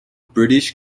british